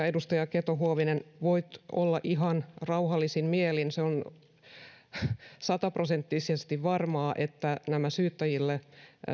edustaja keto huovinen voit olla ihan rauhallisin mielin se on sataprosenttisesti varmaa että nämä syyttäjille